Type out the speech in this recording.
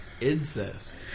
incest